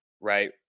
right